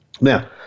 now